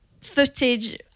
footage